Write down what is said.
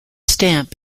stamp